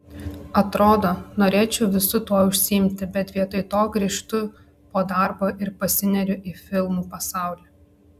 atrodo norėčiau visu tuo užsiimti bet vietoj to grįžtu po darbo ir pasineriu į filmų pasaulį